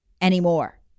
anymore